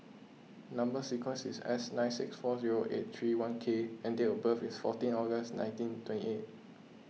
Number Sequence is S nine six four zero eight three one K and date of birth is fourteen August nineteen twenty eight